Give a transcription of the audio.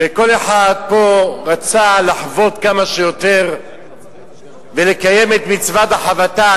וכל אחד פה רצה לחבוט כמה שיותר ולקיים את מצוות החבטה.